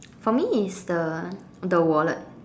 for me is the the wallet